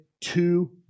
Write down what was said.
two